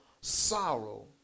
sorrow